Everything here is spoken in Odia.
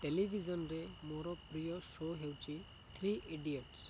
ଟେଲିଭିଜନରେେ ମୋର ପ୍ରିୟ ସୋ ହେଉଛି ଥ୍ରୀ ଇଡିଅଟ୍ସ